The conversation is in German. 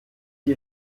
die